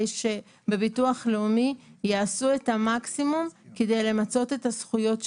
שבביטוח לאומי יעשו את המקסימום כדי למצות את הזכויות שלהם.